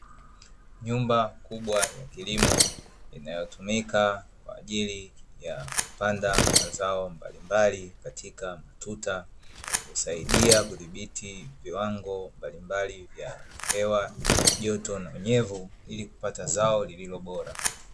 Nyumba kubwa ya kilimo inayotumika kwa ajili ya kupanda mazao mbalimbali katika tuta, husaidia kudhibiti viwango mbalimbali vya hewa, joto na unyevu ili kupata zao lililo bora.